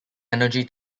energy